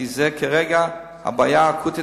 כי זה כרגע הבעיה האקוטית,